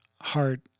heart